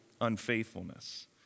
unfaithfulness